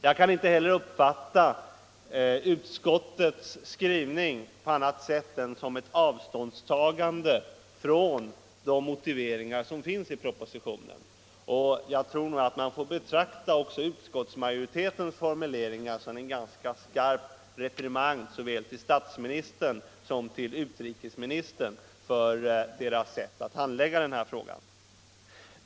Jag kan inte heller uppfatta utskottets skrivning på annat sätt än som ett avståndstagande från de motiveringar som finns i propositionen, och jag tror nog att utskottsmajoritens formulering får betraktas som en ganska skarp reprimand såväl till statsministern som till utrikesministern för deras sätt att handlägga den här frågan.